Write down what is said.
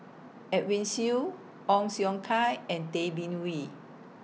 Edwin Siew Ong Siong Kai and Tay Bin Wee